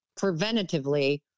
preventatively